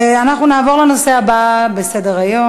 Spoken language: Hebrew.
אנחנו נעבור לנושא הבא בסדר-היום,